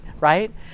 Right